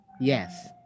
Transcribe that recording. yes